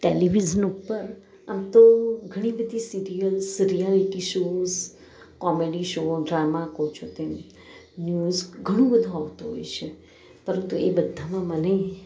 television ઉપર આમ તો ઘણી બધી serials reality shows comedy show drama કહો છો તેમ ન્યૂઝ ઘણું બધુ આવતું હોય છે પરંતુ એ બધામાં મને